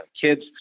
kids